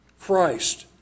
Christ